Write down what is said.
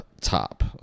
top